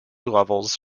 levels